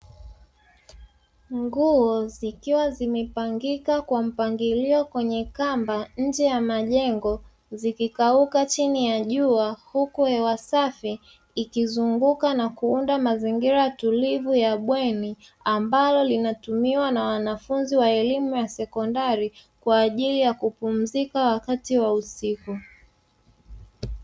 Nguo zikiwa zimepangika kwa mpangilio kwenye kamba nje ya majengo zikikauka chini ya jua, huku hewa safi ikizunguka na kuunda mazingira tulivu ya bweni ambalo linatumiwa na wanafunzi wa elimu ya sekondari kwa ajili ya kupumzika wakati wa usiku.